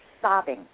sobbing